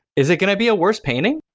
is it gonna be a worse painting?